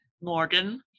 Morgan